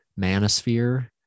manosphere